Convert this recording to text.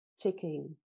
ticking